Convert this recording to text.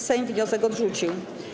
Sejm wniosek odrzucił.